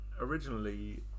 originally